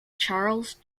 charles